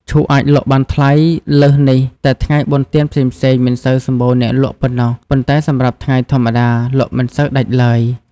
ឈូកអាចលក់បានថ្លៃលើសនេះតែថ្ងៃបុណ្យទានផ្សេងៗ មិនសូវសម្បូរអ្នកលក់ប៉ុណ្ណោះ ប៉ុន្តែសម្រាប់ថ្ងៃធម្មតា លក់មិនសូវដាច់ឡើយ ។